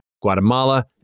Guatemala